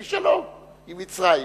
הביא שלום עם מצרים.